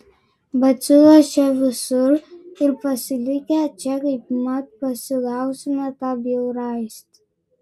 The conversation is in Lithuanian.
bacilos čia visur ir pasilikę čia kaip mat pasigausime tą bjaurastį